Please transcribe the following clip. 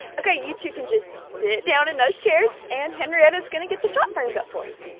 okay, you two can just sit down in those chairs and henrietta' s gonna get the shot framed up for us.